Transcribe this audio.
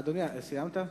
אדוני, סיימת?